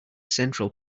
central